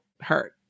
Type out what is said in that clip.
hurt